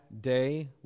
day